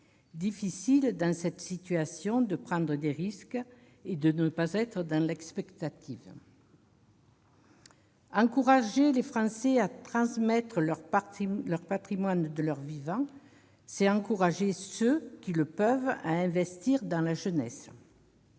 Difficile, dans cette situation, de prendre des risques et de ne pas être dans l'expectative. Encourager les Français à transmettre leur patrimoine de leur vivant, c'est encourager ceux qui le peuvent à investir dans la jeunesse.